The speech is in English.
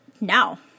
now